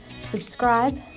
subscribe